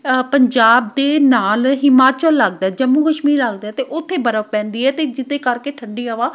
ਪੰਜਾਬ ਦੇ ਨਾਲ ਹਿਮਾਚਲ ਲੱਗਦਾ ਜੰਮੂ ਕਸ਼ਮੀਰ ਲੱਗਦਾ ਅਤੇ ਉੱਥੇ ਬਰਫ਼ ਪੈਂਦੀ ਆ ਤਾਂ ਜਿਹਦੇ ਕਰਕੇ ਠੰਡੀ ਹਵਾ